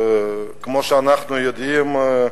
כמו שאנחנו יודעים,